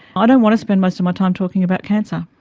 ah don't want to spend most of my time talking about cancer.